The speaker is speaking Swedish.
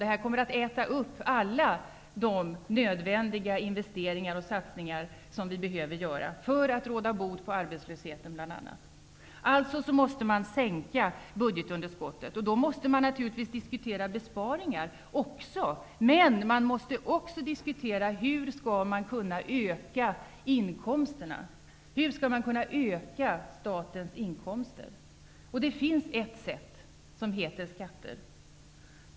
De kommer att äta upp alla de nödvändiga investeringar och satsningar som vi behöver göra för att råda bot på bl.a. arbetslösheten. Alltså måste man sänka budgetunderskottet. Då måste vi naturligtvis diskutera också besparingar, men man måste också diskutera hur vi skall kunna öka statens inkomster. Det finns ett sätt som heter skatter.